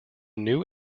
new